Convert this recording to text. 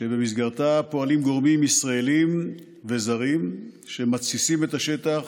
שבה פועלים גורמים ישראליים וזרים שמתסיסים את השטח